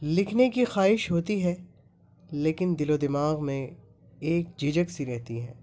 لکھنے کی خواہش ہوتی ہے لیکن دل و دماغ میں ایک جھجک سی رہتی ہیں